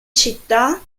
città